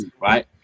right